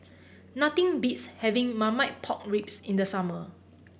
nothing beats having Marmite Pork Ribs in the summer